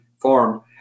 form